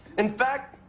in fact,